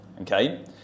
okay